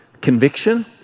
conviction